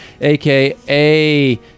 aka